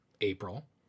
April